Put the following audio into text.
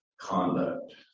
conduct